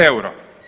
Euro.